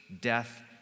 death